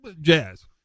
jazz